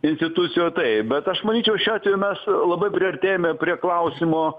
institucijoj taip bet aš manyčiau šiuo atveju mes labai priartėjame prie klausimo